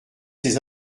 ses